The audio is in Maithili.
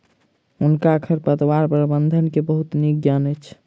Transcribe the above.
हुनका खरपतवार प्रबंधन के बहुत नीक ज्ञान अछि